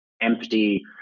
empty